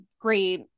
great